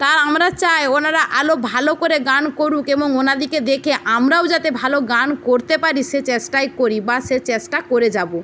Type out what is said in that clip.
তা আমরা চাই ওনারা আরও ভালো করে গান করুক এবং ওনাদেরকে দেখে আমরাও যাতে ভালো গান করতে পারি সে চেষ্টাই করি বা সে চেষ্টা করে যাব